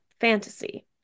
fantasy